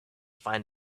find